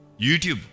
YouTube